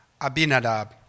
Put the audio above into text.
Abinadab